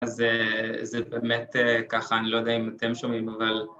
זה באמת ככה, אני לא יודע אם אתם שומעים אבל